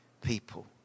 people